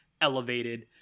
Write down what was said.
elevated